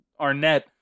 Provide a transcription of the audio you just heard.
Arnett